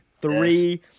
Three